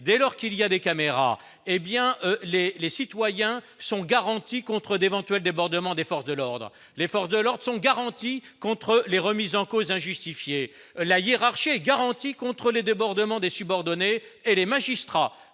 dès lors qu'il y a des caméras, hé bien les les citoyens sont garantis contre d'éventuels débordements des forces de l'ordre, les forces de l'ordre sont garantis contre les remises en cause injustifiée la hiérarchie est garantie contre les débordements des subordonnés et les magistrats